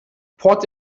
port